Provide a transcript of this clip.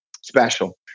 special